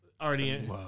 already